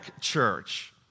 church